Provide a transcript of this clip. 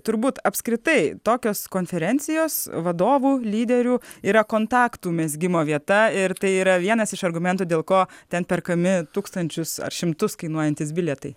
turbūt apskritai tokios konferencijos vadovų lyderių yra kontaktų mezgimo vieta ir tai yra vienas iš argumentų dėl ko ten perkami tūkstančius ar šimtus kainuojantys bilietai